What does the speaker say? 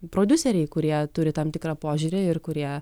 prodiuseriai kurie turi tam tikrą požiūrį ir kurie